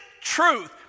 truth